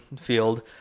field